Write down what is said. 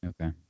Okay